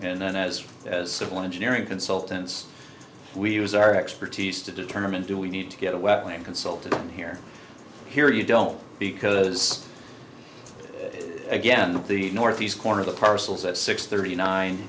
and then as far as civil engineering consultants we use our expertise to determine do we need to get a wetland consultant here here you don't because again the northeast corner of the parcels at six thirty nine